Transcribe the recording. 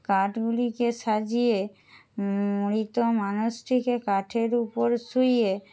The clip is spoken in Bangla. কাঠগুলিকে সাজিয়ে মৃত মানুষটিকে কাঠের উপর শুইয়ে